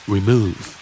Remove